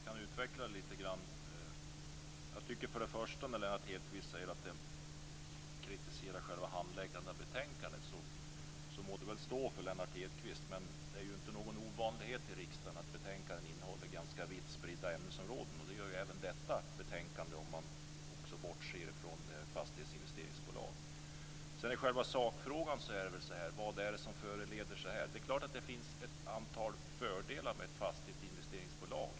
Fru talman! Vi kan utveckla detta lite grann. När Lennart Hedquist kritiserar själva handläggandet av betänkandet må det stå för Lennart Hedquist. Det är inte någon ovanlighet i riksdagen att betänkanden innehåller ganska vitt spridda ämnesområden. Det gör även detta betänkande, även om man bortser från fastighetsinvesteringsbolag. I själva sakfrågan får man väl ta upp vad det är som föranleder förslaget. Det är klart att det finns ett antal fördelar med ett fastighetsinvesteringsbolag.